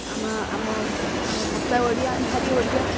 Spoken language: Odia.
ଆମ ଆମ ଆମ ଭାଷା ଓଡ଼ିଆ ଆମେ ଭାରି ବଢ଼ିଆ